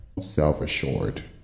self-assured